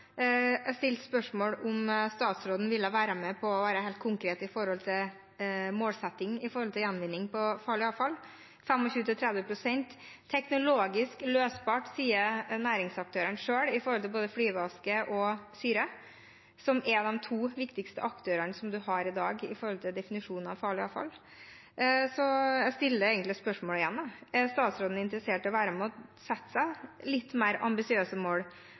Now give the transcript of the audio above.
Jeg stilte spørsmål om hvorvidt statsråden ville være med på å være helt konkret når det gjelder målsetting om gjenvinning av farlig avfall. Næringsaktørene selv sier at 25–30 pst. er teknologisk løsbart både når det gjelder flyveaske og syre, som er de to viktigste komponentene man har i dag med tanke på hva som defineres som farlig avfall. Så jeg stiller egentlig spørsmålet igjen: Er statsråden interessert i å være med og sette seg litt mer ambisiøse mål?